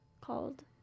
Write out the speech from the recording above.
called